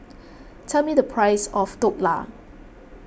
tell me the price of Dhokla